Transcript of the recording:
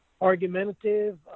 argumentative